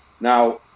Now